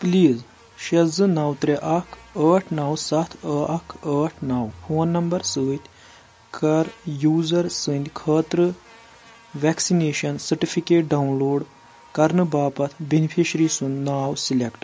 please شیٚے زٕ نَو ترٛےٚ اکھ ٲٹھ نَو ستھ اکھ ٲٹھ نَو فون نمبر سۭتۍ کر یوزر سٕنٛدۍ خٲطرٕ ویکسِنیشن سرٹِفکیٹ ڈاوٕن لوڑ کرنہٕ باپتھ بینِفیشرِی سُنٛد ناو سِلیکٹہٕ